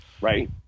right